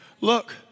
Look